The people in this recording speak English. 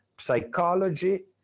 psychology